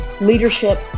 leadership